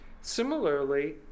Similarly